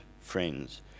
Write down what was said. friends